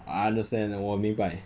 I understand 我明白